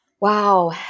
Wow